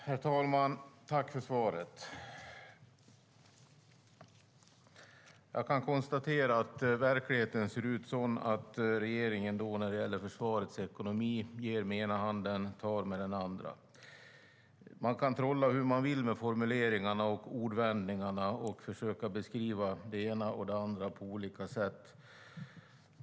Herr talman! Jag tackar för svaret. Jag kan konstatera att verkligheten ser ut så att regeringen när det gäller försvarets ekonomi ger med ena handen och tar med den andra. Man kan trolla hur man vill med formuleringarna och ordvändningarna och försöka beskriva det ena och det andra på olika sätt.